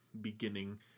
beginning